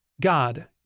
God